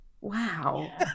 Wow